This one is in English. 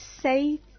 safe